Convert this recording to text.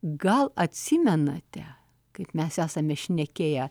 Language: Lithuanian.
gal atsimenate kaip mes esame šnekėję